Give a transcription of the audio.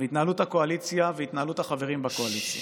התנהלות הקואליציה והתנהלות החברים בקואליציה.